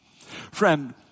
Friend